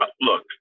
look